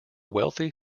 wealthy